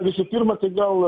visų pirma todėl